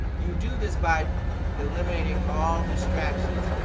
you do this by eliminating all distractions.